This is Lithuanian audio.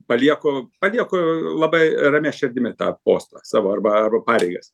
palieku palieku labai ramia širdimi tą postą savo arba arba pareigas